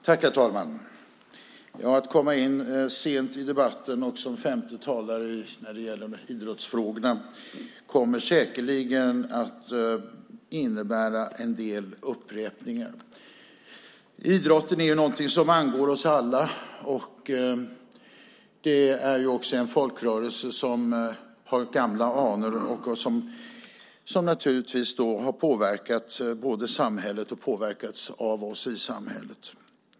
Herr talman! Att komma in sent i debatten och som femte talare när det gäller idrottsfrågorna kommer säkerligen att innebära en del upprepningar. Idrotten är någonting som angår oss alla. Det är också en folkrörelse som har gamla anor och som naturligtvis både har påverkat samhället och påverkats av oss i samhället.